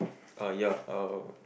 uh ya uh